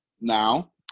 Now